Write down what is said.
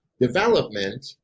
development